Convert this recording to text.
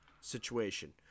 situation